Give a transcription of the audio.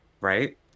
Right